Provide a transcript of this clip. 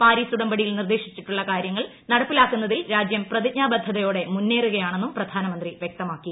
Paris ഉടമ്പടിയിൽ നിർദ്ദേശിച്ചിട്ടുള്ള കാര്യങ്ങൾ നടപ്പാക്കുന്നതിൽ രാജ്യം പ്രതിജ്ഞാബദ്ധതയോടെ മുന്നേറുകയാണെന്നും പ്രധാനമന്ത്രി വ്യക്തമാക്കി